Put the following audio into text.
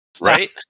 Right